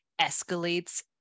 escalates